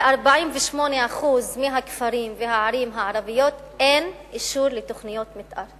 ב-48% מהכפרים והערים הערביים אין אישור לתוכניות מיתאר.